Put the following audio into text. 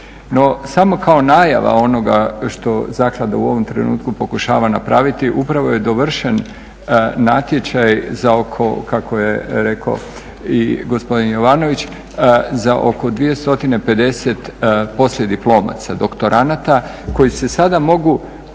samo kao najava onoga što zaklada u ovom trenutku pokušava napraviti, upravo je dovršen natječaj za oko kako je rekao i gospodin Jovanović, za oko 250 poslijediplomaca, doktoranata koji se sada mogu